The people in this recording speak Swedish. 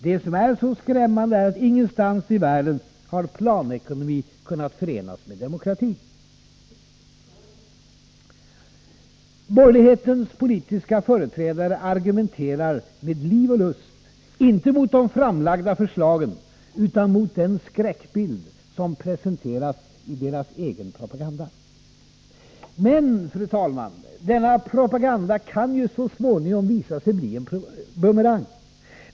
Det som är så skrämmande är att ingenstans i världen har planekonomi kunnat förenas med demokrati.” Borgerlighetens politiska företrädare argumenterar med liv och lust, inte mot de framlagda förslagen, utan mot den skräckbild som presenteras i deras egen propaganda. Men, fru talman, denna propaganda kan så småningom visa sig vara en bumerang.